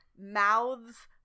mouths